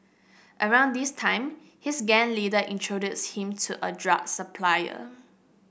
around this time his gang leader introduced him to a drug supplier